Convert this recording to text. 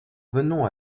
venons